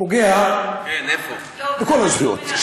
פוגע בכל הזכויות.